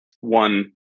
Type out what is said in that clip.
one